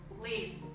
Leave